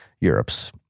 Europe's